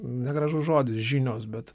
negražus žodis žinios bet